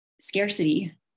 scarcity